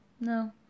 No